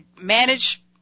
manage